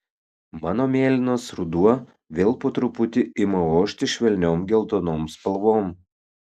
mano mėlynas ruduo vėl po truputį ima ošti švelniom geltonom spalvom